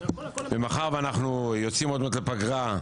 מאחר ואנחנו יוצאים עוד מעט לפגרה,